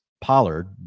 Pollard